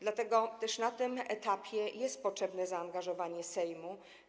Dlatego też na tym etapie jest potrzebne zaangażowanie Sejmu.